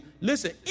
Listen